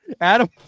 Adam